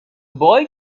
boy